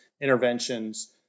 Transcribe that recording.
interventions